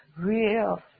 real